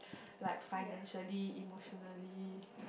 like financially emotionally